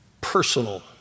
Personal